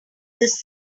this